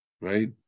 right